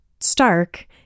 Stark